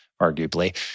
arguably